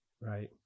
Right